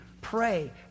Pray